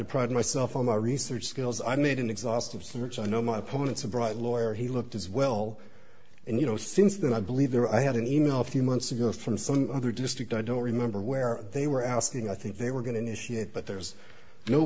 to pride myself on my research skills i made an exhaustive search i know my opponents are bright lawyer he looked as well and you know since then i believe there i had an e mail a few months ago from some other district i don't remember where they were asking i think they were going to initiate but there's no